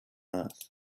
earth